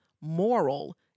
moral